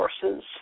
sources